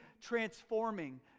transforming